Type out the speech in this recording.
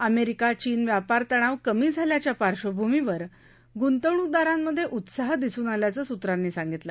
America चीन व्यापार तणाव कमी झाल्याच्या पार्धभूमीवर गुतवणूकदारामधे उत्साह दिसून आल्याचं सूत्रांनी सांगितलं